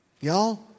Y'all